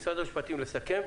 משרד המשפטים לסכם.